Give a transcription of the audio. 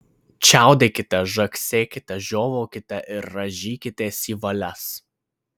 čiaudėkite žagsėkite žiovaukite ir rąžykitės į valias